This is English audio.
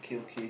okay okay